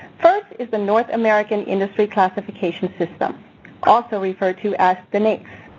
first is the north american industry classification system also referred to as the naics.